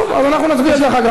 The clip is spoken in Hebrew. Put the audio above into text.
טוב, אז אנחנו נצביע על זה כך.